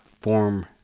form